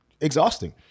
exhausting